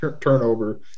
turnover